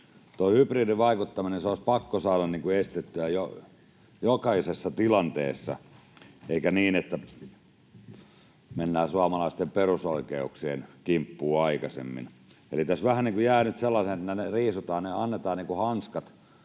hybridivaikuttaminen olisi pakko saada estettyä jokaisessa tilanteessa, eikä niin, että mennään suomalaisten perusoikeuksien kimppuun aikaisemmin. Eli tässä vähän jää nyt sellaisen olo, että annetaan hanskat